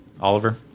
Oliver